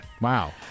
Wow